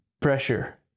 pressure